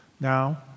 Now